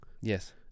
Yes